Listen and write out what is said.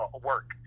work